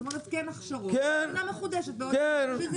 זאת אומרת כן הכשרות אבל בחינה מחודשת בעוד שנה.